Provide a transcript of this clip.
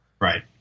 Right